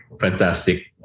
fantastic